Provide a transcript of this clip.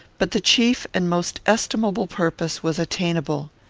but the chief and most estimable purpose was attainable.